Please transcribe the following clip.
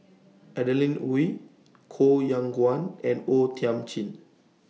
Adeline Ooi Koh Yong Guan and O Thiam Chin